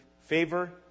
favor